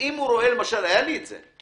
היה לי את זה.